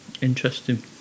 Interesting